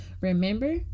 Remember